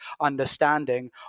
understanding